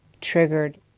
triggered